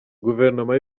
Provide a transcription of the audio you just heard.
guverinoma